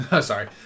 Sorry